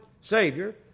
Savior